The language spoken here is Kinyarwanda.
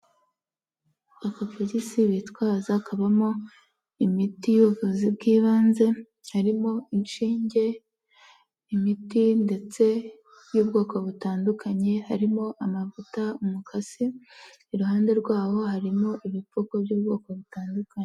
Akabogisi bitwaza kabamo imiti y'ubuvuzi bw'ibanze harimo :inshinge, imiti ndetse y'ubwoko butandukanye harimo amavuta, umukasi iruhande rwawo harimo ibipfuko by'ubwoko butandukanye.